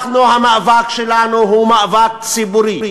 המאבק שלנו הוא מאבק ציבורי,